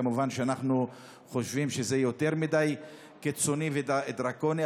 כמובן שאנחנו חושבים שזה יותר מדי קיצוני ודרקוני,